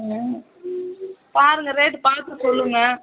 ம் பாருங்க ரேட்டு பார்த்து சொல்லுங்க